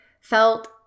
felt